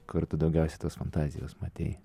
kur tu daugiausiai tos fantazijos matei